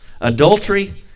adultery